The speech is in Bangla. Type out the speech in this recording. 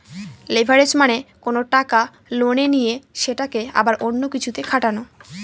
লেভারেজ মানে কোনো টাকা লোনে নিয়ে সেটাকে আবার অন্য কিছুতে খাটানো